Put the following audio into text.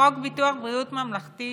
חוק ביטוח בריאות ממלכתי